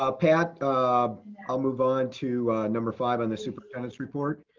ah pat i'll move on to number five on the superintendent's report.